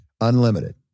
unlimited